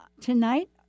tonight